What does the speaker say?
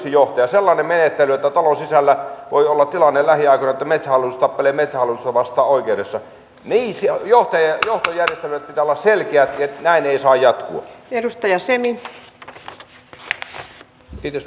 sellainen menettely että talon sisällä voi olla tilanne lähiaikoina että metsähallitus tappelee metsähallitusta vastaan oikeudessa johtojärjestelyjen pitää olla selkeät näin ei saa jatkua